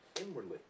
inwardly